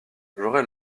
j’aurais